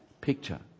picture